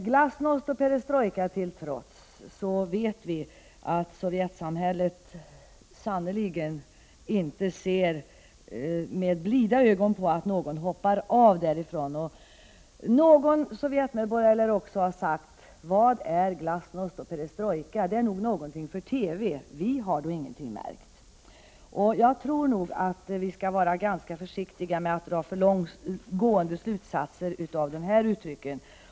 Glasnost och Perestrojka till trots så vet vi att Sovjetsamhället sannerligen inte ser med blida ögon på att någon hoppar av därifrån. Någon Sovjetmedborgare lär också ha sagt: Vad är Glasnost och Perestrojka? Det är nog någonting för TV. Vi har då ingenting märkt. Jag tror därför att vi skall vara ganska försiktiga med att dra alltför långtgående slutsatser av dessa uttryck.